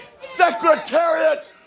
Secretariat